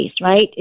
right